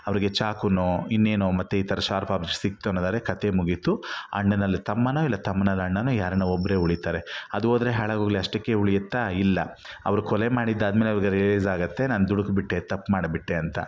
ಅವರಿಗೆ ಚಾಕುನೋ ಇನ್ನೇನೋ ಮತ್ತೆ ಈ ಥರ ಶಾರ್ಪ್ ಆಬ್ಜೆಕ್ಟ್ ಸಿಕ್ತು ಅನ್ನೋದಾದರೆ ಕಥೆ ಮುಗೀತು ಅಣ್ಣನಲ್ಲಿ ತಮ್ಮನೋ ಇಲ್ಲ ತಮ್ಮನಲ್ಲಿ ಅಣ್ಣನೋ ಯಾರಾನ ಒಬ್ಬರೇ ಉಳೀತಾರೆ ಅದು ಹೋದ್ರೆ ಹಾಳಾಗೋಗಲಿ ಅಷ್ಟಕ್ಕೆ ಉಳಿಯತ್ತಾಯಿಲ್ಲ ಅವರು ಕೊಲೆ ಮಾಡಿದ್ದಾದಮೇಲೆ ಅವ್ರಿಗೆ ರಿಯಲೈಸ್ ಆಗುತ್ತೆ ನಾನು ದುಡುಕ್ಬಿಟ್ಟೆ ತಪ್ಮಾಡ್ಬಿಟ್ಟೆ ಅಂತ